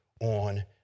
on